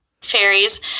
fairies